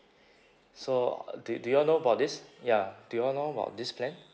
so uh do do you all know about this ya do you all know about this plan